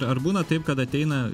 ar būna taip kad ateina